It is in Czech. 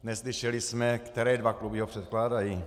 Neslyšeli jsme, které dva kluby ho předkládají.